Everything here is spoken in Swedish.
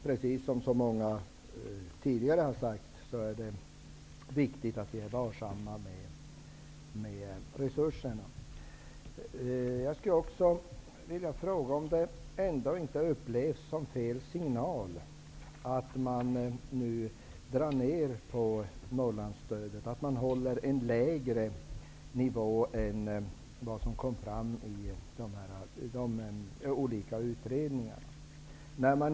Precis som så många tidigare talare sagt är det viktigt att vi är varsamma med resurserna. Upplevs det inte som fel signal att man nu drar ned på Norrlandsstödet, att man håller en lägre nivå än vad som föreslås i de olika utredningarna?